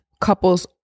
couples